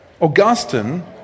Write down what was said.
Augustine